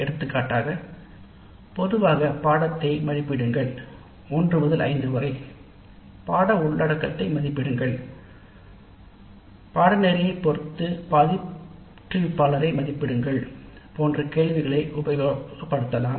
எடுத்துக்காட்டாக பொதுவாக படிப்பை மதிப்பிடுங்கள் 1 முதல் 5 வரை பாட உள்ளடக்கத்தை மதிப்பிடுங்கள் பயிற்றுவிப்பாளரை மதிப்பிடுங்கள் போன்ற கேள்விகளை உபயோகப்படுத்தலாம்